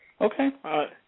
Okay